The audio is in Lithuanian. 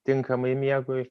tinkamai miegui